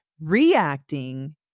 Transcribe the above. Reacting